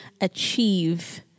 achieve